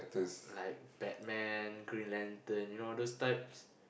like Batman Green Lantern you know those types